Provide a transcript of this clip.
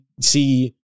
see